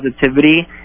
positivity